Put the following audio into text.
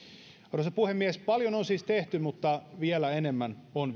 arvoisa puhemies paljon on siis tehty mutta vielä enemmän on